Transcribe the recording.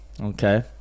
Okay